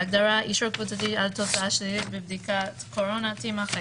ההגדרה "אישור הקבוצתי על תוצאה שלילית בבדיקת קורונה" תימחק,